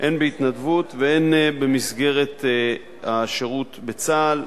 הן בהתנדבות והן במסגרת השירות בצה"ל,